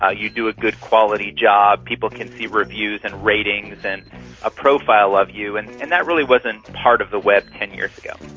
ah you do a good quality job, people can see reviews and ratings and a profile of you, and and that really wasn't part of the web ten years ago.